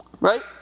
Right